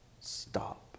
Stop